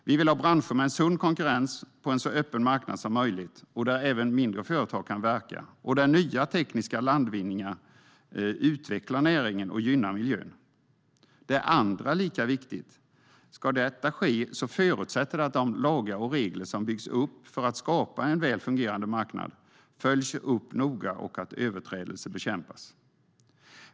Vi vill ha branscher med en sund konkurrens på en så öppen marknad som möjligt, där även mindre företag kan verka och där nya tekniska landvinningar utvecklar näringarna och gynnar miljön. En annan sak som är lika viktig är att om detta ska ske förutsätter det att de lagar och regler som byggs upp för att skapa en väl fungerande marknad följs upp noga och att överträdelser bekämpas.